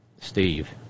Steve